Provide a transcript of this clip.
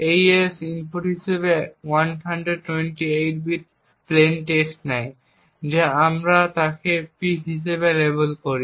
AES input হিসাবে 128 bit plain text নেয় যা আমরা তাকে P হিসাবে লেবেল করি